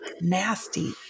nasty